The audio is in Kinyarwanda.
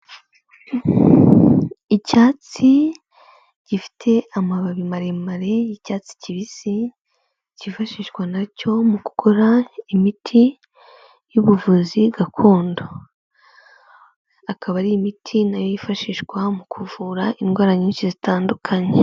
Icyatsi gifite amababi maremare y'icyatsi kibisi, cyifashishwa nacyo mu gukora imiti y'ubuvuzi gakondo, akaba ari imiti nayo yifashishwa mu kuvura indwara nyinshi zitandukanye.